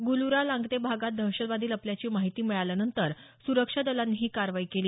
गुलूरा लांगते भागात दहशतवादी लपल्याची माहिती मिळाल्यानंतर सुरक्षा दलांनी ही कारवाई केली